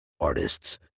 artists